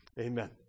Amen